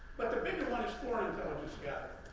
but the bigger one is foreign intelligence gathering.